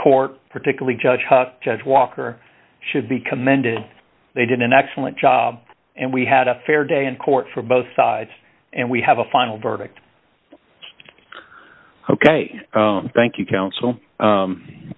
court particularly judge the judge walker should be commended they did an excellent job and we had a fair day in court for both sides and we have a final verdict ok thank you counsel